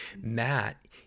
Matt